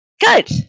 Good